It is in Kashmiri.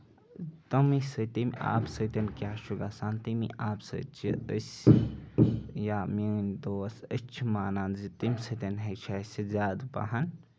تَمہِ سۭتۍ ییٚمہِ آبہٕ سۭتۍ کیاہ چھُ گژھان تَمی آبہٕ سۭتۍ چھِ أسۍ یا میٲنۍ دوس أسۍ چھِ مانان زِ تَمہِ سۭتۍ چھُ اَسہِ زیادٕ پَہن